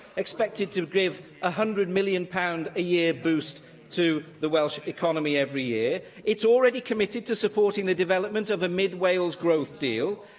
expected to give one ah hundred million pounds a year boost to the welsh economy every year. it's already committed to supporting the development of a mid wales growth deal,